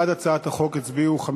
בעד הצעת החוק הצביעו 39